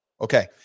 Okay